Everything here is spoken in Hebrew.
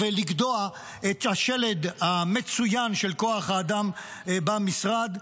ולגדוע את השלד המצוין של כוח האדם במשרד.